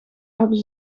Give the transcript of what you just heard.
hebben